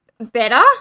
better